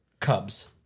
Cubs